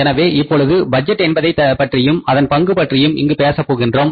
எனவே இப்பொழுது பட்ஜெட் என்பதைப் பற்றியும் அதன் பங்கு பற்றியும் இங்கு பேசப் போகின்றோம்